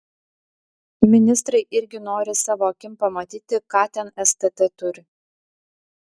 ministrai irgi nori savo akim pamatyti ką ten stt turi